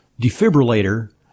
defibrillator